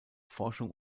forschung